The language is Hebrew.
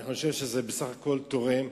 אני חושב שזה בסך הכול תורם.